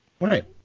Right